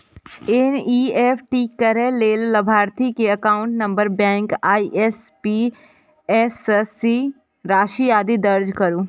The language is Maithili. एन.ई.एफ.टी करै लेल लाभार्थी के एकाउंट नंबर, बैंक, आईएपएससी, राशि, आदि दर्ज करू